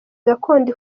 gakondo